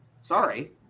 Sorry